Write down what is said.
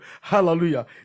Hallelujah